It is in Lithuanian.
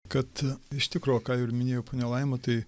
kad iš tikro ką ir minėjo ponia laima tai